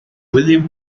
william